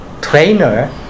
trainer